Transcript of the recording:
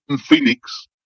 Phoenix